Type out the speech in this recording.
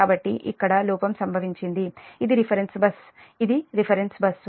కాబట్టి ఇక్కడ లోపం సంభవించింది ఇది రిఫరెన్స్ బస్సు ఇది రిఫరెన్స్ బస్సు ఇది రిఫరెన్స్ బస్సు